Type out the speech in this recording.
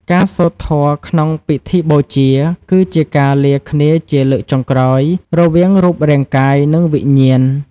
ការសូត្រធម៌ក្នុងពិធីបូជា គឺជាការលាគ្នាជាលើកចុងក្រោយរវាងរូបរាងកាយ និងវិញ្ញាណ។